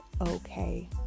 okay